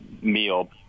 meal